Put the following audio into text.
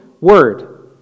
word